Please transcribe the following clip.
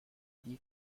die